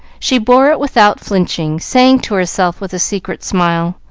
she bore it without flinching, saying to herself with a secret smile,